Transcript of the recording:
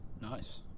Nice